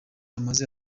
amaze